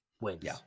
wins